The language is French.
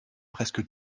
presque